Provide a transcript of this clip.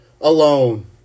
alone